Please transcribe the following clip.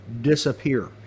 disappear